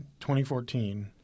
2014